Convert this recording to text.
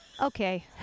okay